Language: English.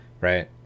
right